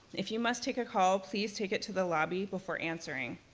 if you must take a call, please take it to the lobby before answering.